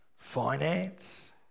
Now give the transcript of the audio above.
Finance